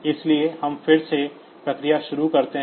इसलिए हम फिर से प्रक्रिया शुरू करते हैं